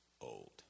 old